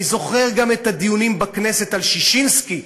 אני זוכר גם את הדיונים בכנסת על ששינסקי,